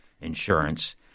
insurance